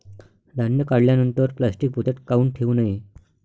धान्य काढल्यानंतर प्लॅस्टीक पोत्यात काऊन ठेवू नये?